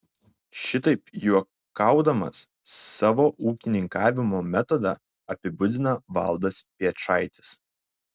šitaip juokaudamas savo ūkininkavimo metodą apibūdina valdas piečaitis